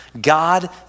God